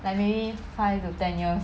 like maybe five to ten years